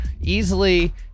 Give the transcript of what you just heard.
easily